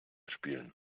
spielen